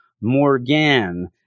Morgan